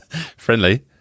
Friendly